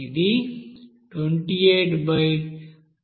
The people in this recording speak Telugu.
ఇది 28232x5